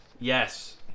Yes